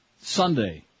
Sunday